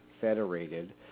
Federated